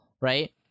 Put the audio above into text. right